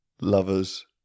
lover's